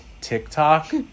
TikTok